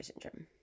syndrome